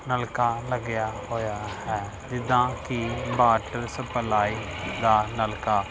ਨਲਕਾ ਲੱਗਿਆ ਹੋਇਆ ਹੈ ਜਿੱਦਾਂ ਕਿ ਵਾਟਰ ਸਪਲਾਈ ਦਾ ਨਲਕਾ